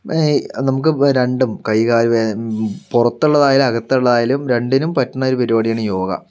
ഈ നമുക്ക് രണ്ടും കൈകാൽ പുറത്തുള്ളത് ആയാലും അകത്തുള്ളത് ആയാലും രണ്ടിനും പറ്റുന്ന ഒരു പരിപാടിയാണ് യോഗ